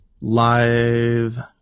Live